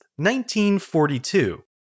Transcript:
1942